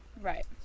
Right